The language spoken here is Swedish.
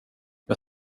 jag